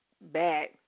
bad